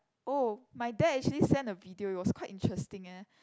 oh my dad actually send a video it was quite interesting eh